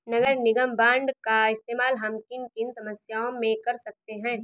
नगर निगम बॉन्ड का इस्तेमाल हम किन किन समस्याओं में कर सकते हैं?